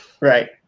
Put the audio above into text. right